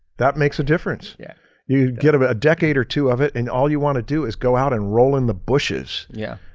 that makes a difference. yeah you get but a decade or two of it and all you want to do is go out and roll in the bushes yeah.